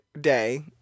day